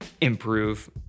improve